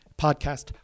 podcast